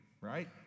right